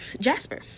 Jasper